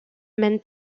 mène